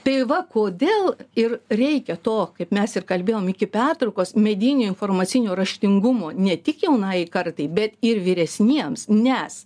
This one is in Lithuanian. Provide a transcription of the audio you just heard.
tai va kodėl ir reikia to kaip mes ir kalbėjom iki pertraukos medinio informacinių raštingumo ne tik jaunajai kartai bet ir vyresniems nes